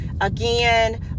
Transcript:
Again